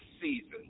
season